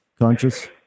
conscious